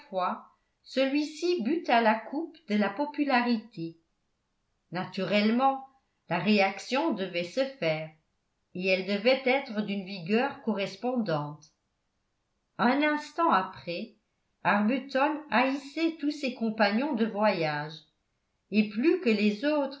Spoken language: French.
celui-ci but à la coupe de la popularité naturellement la réaction devait se faire et elle devait être d'une vigueur correspondante un instant après arbuton haïssait tous ses compagnons de voyage et plus que les autres